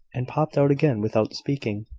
and popped out again without speaking,